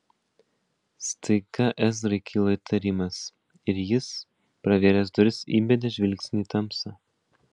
staiga ezrai kilo įtarimas ir jis pravėręs duris įbedė žvilgsnį į tamsą